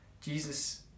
Jesus